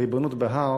הריבונות בהר